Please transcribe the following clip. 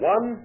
One